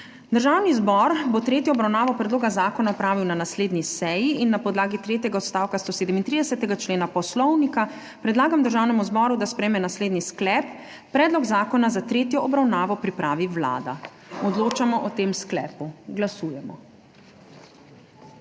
Državni zbor bo tretjo obravnavo predloga zakona opravil na naslednji seji. Na podlagi tretjega odstavka 137. člena Poslovnika predlagam državnemu zboru, da sprejme naslednji sklep: Predlog zakona za tretjo obravnavo pripravi Vlada. Odločamo o tem sklepu. Glasujemo.